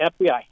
FBI